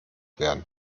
werden